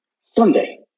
Sunday